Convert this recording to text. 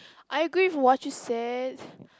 I agree what you said